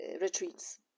retreats